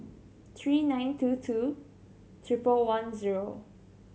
three nine two two triple one zero